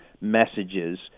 messages